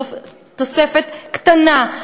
תוספת קטנה,